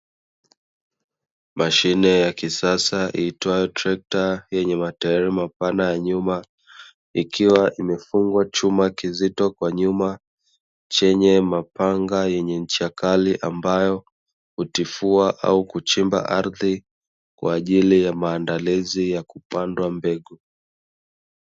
Mashine ya kisasa iitwayo trekta yenye matairi mapana ya nyuma. Ikiwa imefungwa chuma kizito kwa nyuma, chenye mapanga yenye ncha kali ambayo hutifua au kuchimba ardhi kwaajili ya maandalizi ya kupanda mbegu.